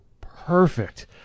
perfect